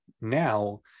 now